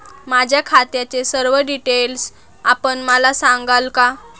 माझ्या खात्याचे सर्व डिटेल्स आपण मला सांगाल का?